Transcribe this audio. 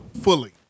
fully